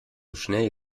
schnell